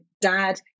dad